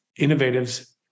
innovatives